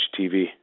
TV